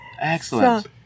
Excellent